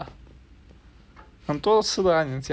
很多吃的啊你家那边